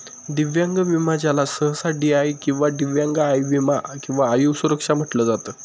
दिव्यांग विमा ज्याला सहसा डी.आय किंवा दिव्यांग आय विमा किंवा आय सुरक्षा म्हटलं जात